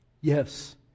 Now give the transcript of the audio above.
Yes